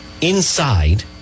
inside